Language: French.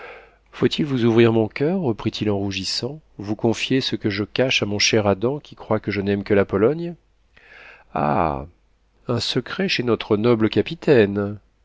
faut-il vous ouvrir mon coeur reprit-il en rougissant vous confier ce que je cache à mon cher adam qui croit que je n'aime que la pologne ah un secret chez notre noble capitaine